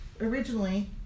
Originally